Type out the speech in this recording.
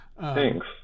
thanks